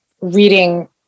reading